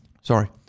Sorry